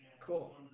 cool